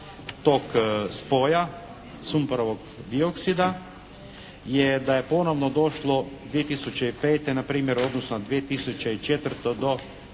tog spoja sumporovog dioksida je da je ponovno došlo 2005. npr. u odnosu na 2004. do